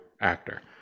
actor